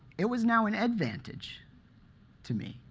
it was now an advantage to me,